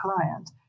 client